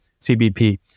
CBP